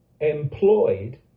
Employed